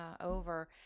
over